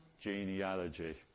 genealogy